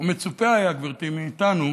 ומצופה היה מאיתנו,